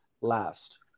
last